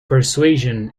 persuasion